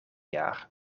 jaar